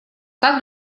так